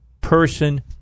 person